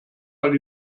mal